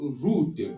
route